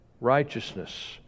Righteousness